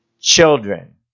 children